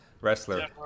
wrestler